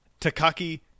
takaki